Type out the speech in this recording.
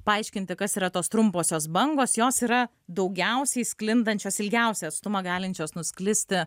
paaiškinti kas yra tos trumposios bangos jos yra daugiausiai sklindančios ilgiausią atstumą galinčios nusklisti